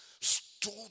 stood